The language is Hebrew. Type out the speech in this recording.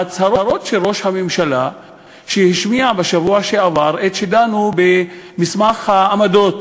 להצהרות שראש הממשלה השמיע בשבוע שעבר כאשר דנו במסמך העמדות